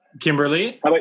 Kimberly